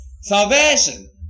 Salvation